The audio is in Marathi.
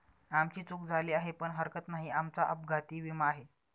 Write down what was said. आमची चूक झाली आहे पण हरकत नाही, आमचा अपघाती विमा आहे